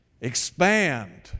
expand